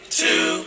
two